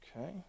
Okay